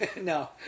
No